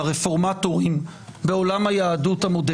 הרפורמטורים בעולם היהדות המודרנית.